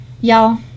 Y'all